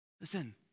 listen